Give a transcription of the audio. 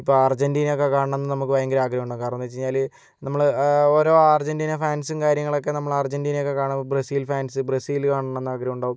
ഇപ്പോൾ അർജൻറ്റീനയൊക്കെ കാണണമെന്ന് നമുക്ക് ഭയങ്കര ആഗ്രഹമുണ്ടാകും കാരണമെന്ന് വെച്ചഴിഞ്ഞാല് നമ്മള് ഓരോ അർജൻറ്റീന ഫാൻസും കാര്യങ്ങളൊക്കെ നമ്മളർജൻറ്റീനയൊക്കെ കാണുമ്പോൾ ബ്രസീൽ ഫാൻസ് ബ്രസീല് കാണണമെന്ന് ആഗ്രഹമുണ്ടാകും